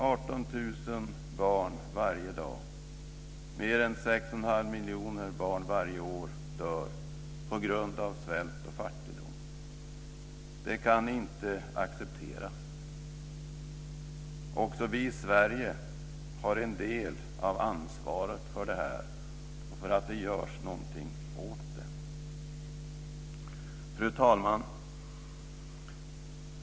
18 000 barn varje dag, mer än 61⁄2 miljon barn varje år, dör på grund av svält och fattigdom. Det kan inte accepteras. Också vi i Sverige har en del av ansvaret för detta och för att det görs någonting åt det. Fru talman!